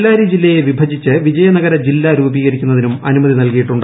ബെല്ലാരി ജില്ലയെ വിഭജിച്ച് വിജയനഗര ജില്ല രൂപീകരിക്കുന്നതിനും അനുമതി നൽകിയിട്ടുണ്ട്